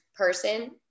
person